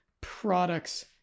products